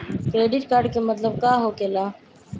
Credit card के मतलब का होकेला?